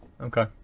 Okay